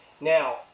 now